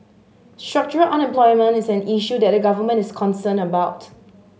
structural unemployment is an issue that the Government is concerned about